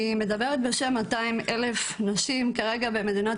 אני מדברת בשם 200,000 נשים כרגע במדינת